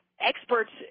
experts